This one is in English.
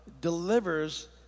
delivers